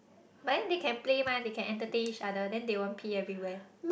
but they can play mah they can entertain each other then they will pee everywhere